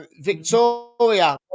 Victoria